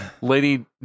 Lady